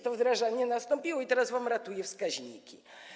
To wdrażanie nastąpiło i teraz wam ratuje wskaźniki.